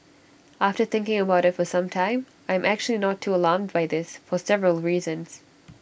after thinking about IT for some time I am actually not too alarmed by this for several reasons